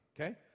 Okay